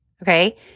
Okay